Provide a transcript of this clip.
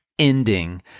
Ending